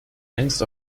längst